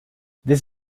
this